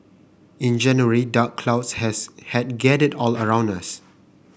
in January dark clouds has had gathered all around us